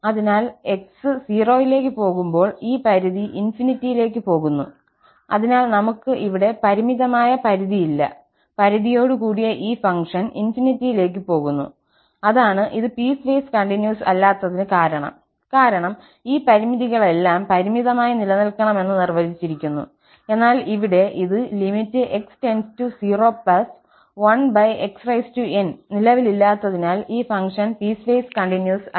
അതിനാൽ x 0 ലേക്ക് പോകുമ്പോൾ ഈ പരിധി ∞ ലേക്ക് പോകുന്നു അതിനാൽ നമുക് ഇവിടെ പരിമിതമായ പരിധി ഇല്ല പരിധിയോടുകൂടിയ ഈ ഫംഗ്ഷൻ ∞ ലേക്ക് പോകുന്നു അതാണ് ഇത് പീസ്വേസ് കണ്ടിന്യൂസ് അല്ലാത്തതിന് കാരണം കാരണം ഈ പരിമിതികളെല്ലാം പരിമിതമായി നിലനിൽക്കണമെന്ന് നിർവചിച്ചിരിക്കുന്നു എന്നാൽ ഇവിടെ ഇത് x01xn നിലവിലില്ലാത്തതിനാൽ ഈ ഫംഗ്ഷൻ പീസ്വേസ് കണ്ടിന്യൂസ് അല്ല